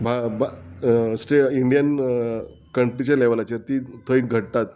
बा बा स्टे इंडियन कंट्रीच्या लेवलाचेर ती थंय घडटात